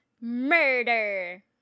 Murder